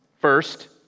First